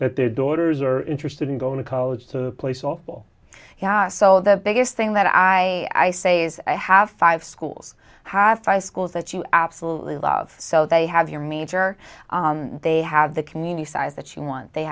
that their daughters are interested in going to college to play softball so the biggest thing that i say is i have five schools have five schools that you absolutely love so they have your major they have the community size that you want they